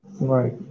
Right